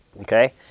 Okay